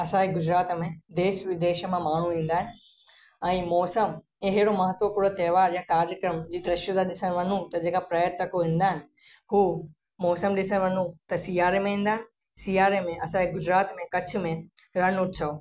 असांजे गुजरात में देश विदेश मां माण्हू ईंदा आहिनि ऐं मौसमु अहिड़ो महत्वपूर्ण त्योहार आहे कार्यक्रम जे दृश्य सां ॾिसण वञू त जे का पर्यटक ईंदा आहिनि हू मौसमु ॾिसण वञू त सियारे में ईंदा सियारे में असांजे गुजरात में कच्छ में रण उत्सव